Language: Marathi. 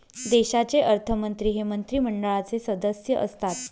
देशाचे अर्थमंत्री हे मंत्रिमंडळाचे सदस्य असतात